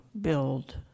build